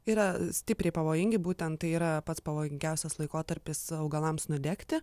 yra stipriai pavojingi būtent tai yra pats pavojingiausias laikotarpis augalams nudegti